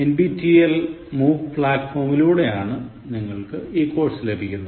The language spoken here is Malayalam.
NPTEL MOOC പ്ളാറ്റ്ഫോമിലൂടെയാണ് നിങ്ങൾക്ക് ഈ കോഴ്സ് ലഭിക്കുന്നത്